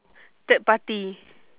third party